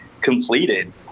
completed